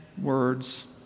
words